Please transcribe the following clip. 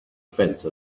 fence